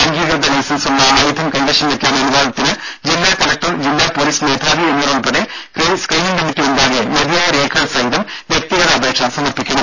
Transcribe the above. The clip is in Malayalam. അംഗീകൃത ലൈസൻസുള്ള ആയുധം കൈവശം വെക്കാൻ അനുവാദത്തിന് ജില്ലാ കലക്ടർ ജില്ലാ പൊലീസ് മേധാവി എന്നിവരുൾപ്പെട്ട സ്ക്രീനിങ് കമ്മിറ്റി മുമ്പാകെ മതിയായ രേഖകൾ സഹിതം വ്യക്തിഗത അപേക്ഷ സമർപ്പിക്കണം